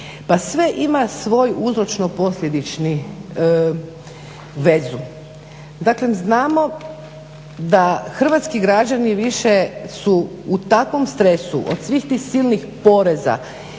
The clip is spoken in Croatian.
Pa sve ima svoj uzročno posljedični vezu. Dakle znamo da hrvatski građani više su u takvom stresu od svih tih silnih poreza